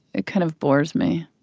it kind of bores me.